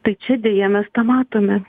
tai čia deja mes tą matome